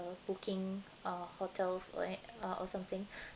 booking uh hotels like or or something